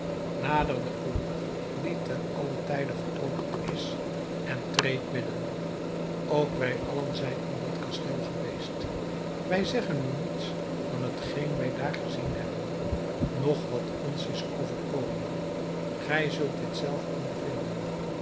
nader de poort die ten allen tijde geopend is en treed binnen ook wij allen zijn in dat kasteel geweest wij zeggen u niets van hetgeen wij daar gezien hebben noch wat ons is overkomen gij zult dit zelf ondervinden